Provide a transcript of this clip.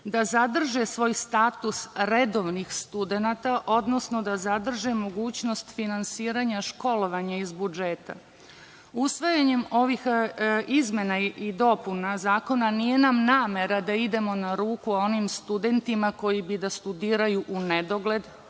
da zadrže svoj status redovnih studenata odnosno da zadrže mogućnost finansiranja školovanja iz budžeta. Usvajanjem ovih izmena i dopuna zakona nije nam namera da idemo na ruku onim studentima koji bi da studiraju u nedogled,